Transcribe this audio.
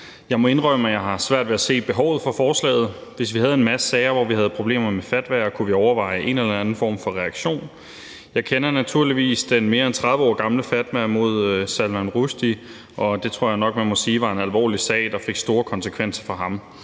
Jeg må indrømme, at jeg har svært ved at se behovet for forslaget. Hvis vi havde en masse sager, hvor vi havde problemer med fatwaer, kunne vi overveje en eller anden form for reaktion. Jeg kender naturligvis den mere end 30 år gamle fatwa mod Salman Rushdie, og det tror jeg nok man må sige var en alvorlig sag, der fik store konsekvenser for ham.